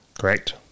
Correct